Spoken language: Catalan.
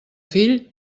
fill